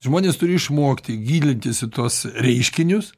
žmonės turi išmokti gilintis į tuos reiškinius